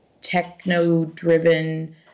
techno-driven